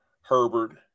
Herbert